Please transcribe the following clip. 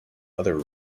other